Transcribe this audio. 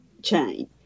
chain